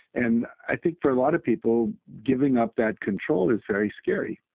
and i think for a lot of people giving up that control is very scary,